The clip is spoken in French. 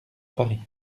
paris